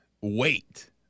wait